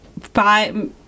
five